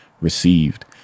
received